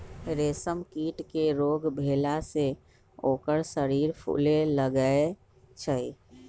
रेशम कीट के रोग भेला से ओकर शरीर फुले लगैए छइ